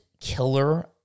killer